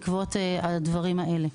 בעקבות הדברים האלה.